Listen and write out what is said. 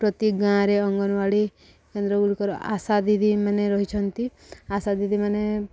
ପ୍ରତି ଗାଁରେ ଅଙ୍ଗନବାଡ଼ି କେନ୍ଦ୍ର ଗୁଡ଼ିକର ଆଶା ଦିଦି ମାନେ ରହିଛନ୍ତି ଆଶା ଦିଦି ମାନେ